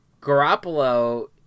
Garoppolo